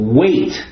wait